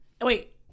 Wait